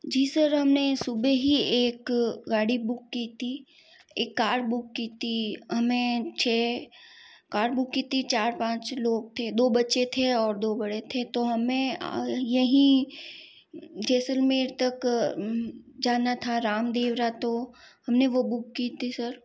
जी sir हमने सुबह ही एक गाड़ी बुक की थी एक कार बुक की थी हमें छः कार बुक की थी चार पाँच लोग थे दो बच्चे थे और दो बड़े थे तो हमें यही जैसलमेर तक जाना था रामदेवरा तो हमने वो बुक की थी सर